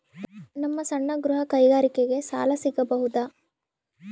ನಮ್ಮ ಸಣ್ಣ ಗೃಹ ಕೈಗಾರಿಕೆಗೆ ಸಾಲ ಸಿಗಬಹುದಾ?